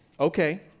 Okay